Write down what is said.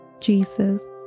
Jesus